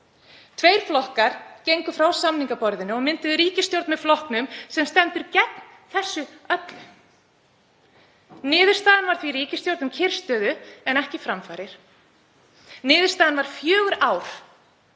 Tveir flokkar gengu frá samningaborðinu og mynduðu ríkisstjórn með flokknum sem stendur gegn þessu öllu. Niðurstaðan var því ríkisstjórn um kyrrstöðu en ekki framfarir. Niðurstaðan var fjögur ár